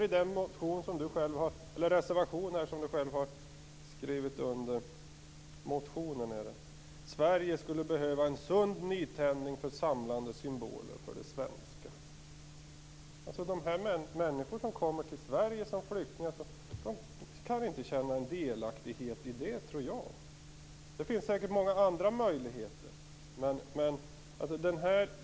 I motionen som Kenneth Kvist har skrivit under står det: Sverige skulle behöva en sund nytändning för samlande symboler för det svenska. De människor som kommer som flyktingar till Sverige kan väl inte känna delaktighet i det. Det finns säkert många andra möjligheter.